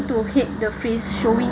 came to hate the face showing